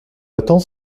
attend